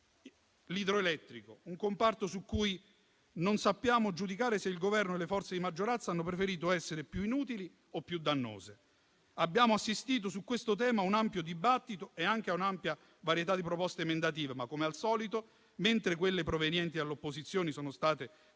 L'idroelettrico è un comparto su cui non sappiamo giudicare se il Governo e le forze di maggioranza hanno preferito essere più inutili o più dannose. Abbiamo assistito su questo tema a un ampio dibattito e anche a un'ampia varietà di proposte emendative, ma, come al solito, mentre quelle provenienti dalle opposizioni sono state difese